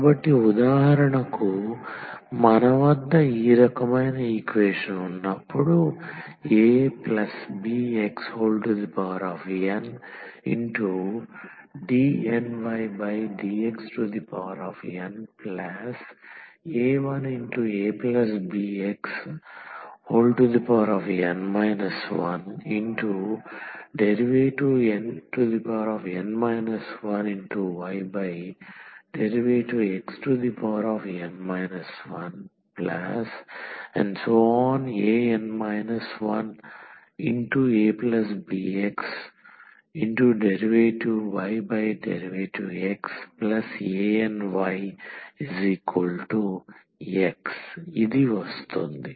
కాబట్టి ఉదాహరణకు మన వద్ద ఈ రకమైన ఈక్వేషన్ ఉన్నప్పుడు abxndnydxna1abxn 1dn 1ydxn 1an 1abxdydxanyX ఇది వస్తుంది